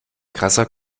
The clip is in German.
krasser